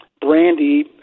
Brandy